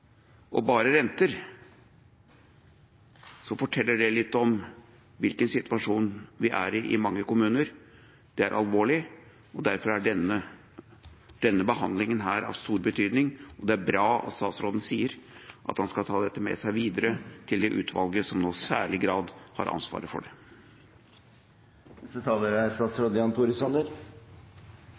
og bare betaler renter, forteller det litt om hvilken situasjon vi er i i mange kommuner. Det er alvorlig. Derfor er denne behandlingen her av stor betydning. Det er bra at statsråden sier at han skal ta dette med seg videre til det utvalget som nå i særlig grad har ansvaret for det.